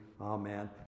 Amen